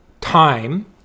time